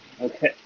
okay